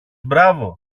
μπράβο